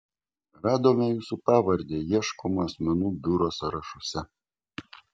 radome jūsų pavardę ieškomų asmenų biuro sąrašuose